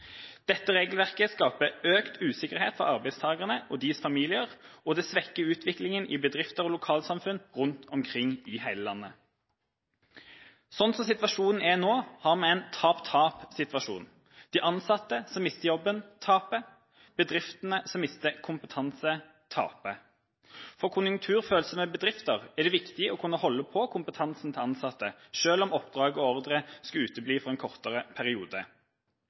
Dette regelverket skaper økt usikkerhet for arbeidstakerne og deres familier og svekker utviklinga i bedrifter og lokalsamfunn rundt omkring i hele landet. Slik som situasjonen er nå, har vi en tap-tap-situasjon. De ansatte som mister jobben, taper. Bedriftene som mister kompetanse, taper. For konjunkturfølsomme bedrifter er det viktig å kunne holde på de ansattes kompetanse, selv om oppdrag og ordrer skulle utebli for en kortere periode.